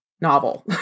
novel